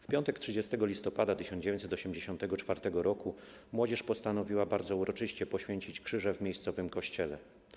W piątek 30 listopada 1984 r. młodzież postanowiła bardzo uroczyście poświęcić krzyże w miejscowym kościele.